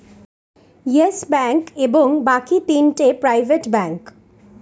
yes Bank এবং বাকি তিনটা প্রাইভেট ব্যাঙ্ক